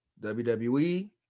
WWE